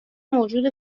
موجود